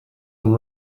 and